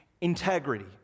integrity